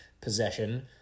possession